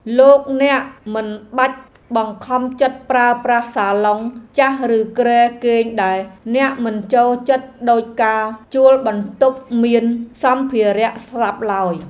លោកអ្នកមិនបាច់បង្ខំចិត្តប្រើប្រាស់សាឡុងចាស់ឬគ្រែគេងដែលអ្នកមិនចូលចិត្តដូចកាលជួលបន្ទប់មានសម្ភារៈស្រាប់ឡើយ។